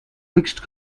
twixt